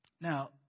Now